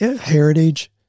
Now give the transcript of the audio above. heritage